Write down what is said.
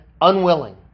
unwilling